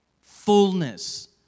Fullness